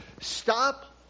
Stop